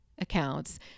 accounts